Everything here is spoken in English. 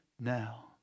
now